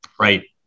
right